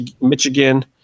Michigan